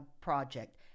Project